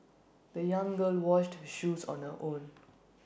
the young girl washed her shoes on her own